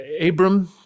Abram